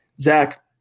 Zach